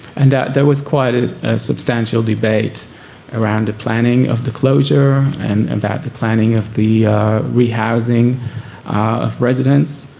and there was quite a substantial debate around the planning of the closure and about the planning of the rehousing of residents,